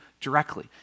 directly